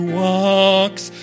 walks